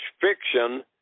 fiction